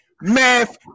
Math